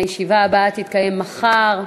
הישיבה הבאה תתקיים מחר,